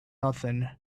nothing